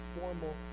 formal